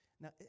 Now